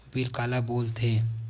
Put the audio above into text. Bill काला बोल थे?